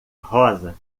rosa